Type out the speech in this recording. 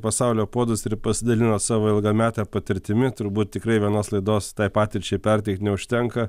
pasaulio puodus ir pasidalinot savo ilgamete patirtimi turbūt tikrai vienos laidos tai patirčiai perteikt neužtenka